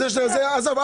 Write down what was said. עזוב.